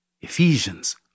Ephesians